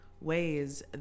ways